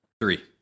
Three